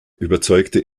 überzeugte